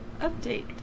update